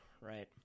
Right